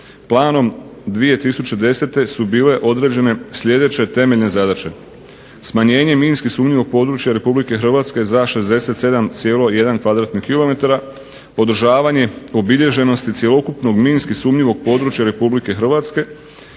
Planom 2010. su bile određene sljedeće temeljne zadaće: smanjenje minski sumnjivog područja RH za 67,1 km2, održavanje obilježenosti cjelokupno minski sumnjivog područja RH, koordiniranje